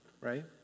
Right